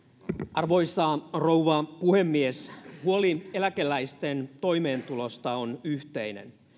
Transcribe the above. arvoisa rouva puhemies huoli eläkeläisten toimeentulosta on yhteinen